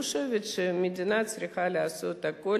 ואני חושבת שהמדינה צריכה לעשות הכול